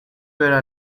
were